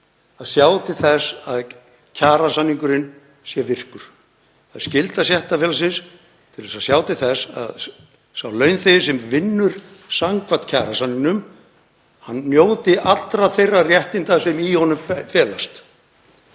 að sjá til þess að kjarasamningurinn sé virkur, það er skylda stéttarfélagsins til að sjá til þess að sá launþegi sem vinnur samkvæmt kjarasamningnum njóti allra þeirra réttinda sem í honum felast.